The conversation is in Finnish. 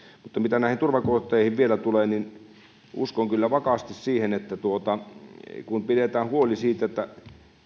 mutta mitä näihin turvakoteihin vielä tulee niin uskon kyllä vakaasti siihen että pitää pitää huoli siitä että